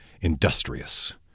industrious